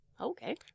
Okay